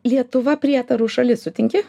lietuva prietarų šalis sutinki